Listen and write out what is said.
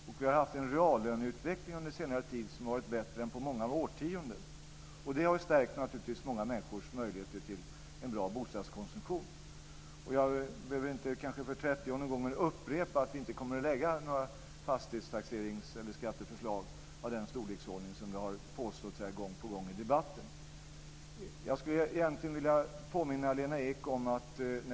Vi har under senare tid haft en bättre reallöneutveckling än på många årtionden, och det har naturligtvis stärkt många människors möjligheter till en bra bostadskonsumtion. Jag behöver inte för kanske trettionde gången upprepa att vi inte kommer att lägga fram några fastighetsskatteförslag av den storleksordning som har påståtts gång på gång här i debatten.